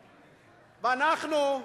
ואנחנו,